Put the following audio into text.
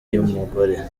y’umugore